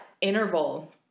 interval